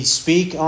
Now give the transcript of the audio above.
speak